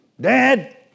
dad